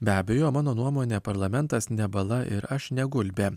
be abejo mano nuomone parlamentas ne bala ir aš ne gulbė